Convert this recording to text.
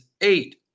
eight